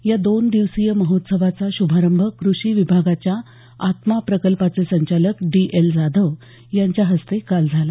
या दोन दिवसीय महोत्सवाचा श्भारंभ कृषी विभागाच्या आत्मा प्रकल्पाचे संचालक डी एल जाधव यांच्या हस्ते काल झाला